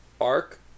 arc